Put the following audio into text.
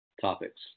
topics